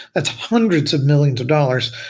it's hundreds of millions of dollars,